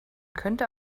könnte